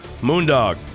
Moondog